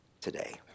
today